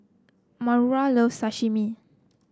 Maura loves Sashimi